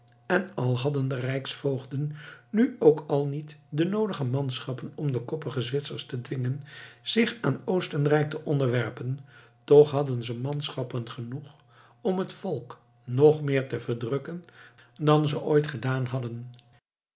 en al hadden de rijksvoogden nu ook al niet de noodige manschappen om de koppige zwitsers te dwingen zich aan oostenrijk te onderwerpen toch hadden ze manschappen genoeg om het volk nog meer te verdrukken dan ze ooit gedaan hadden